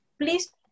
please